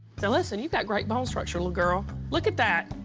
so, listen, you've got great bone structure, little girl. look at that.